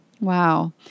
Wow